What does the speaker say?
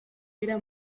era